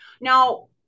Now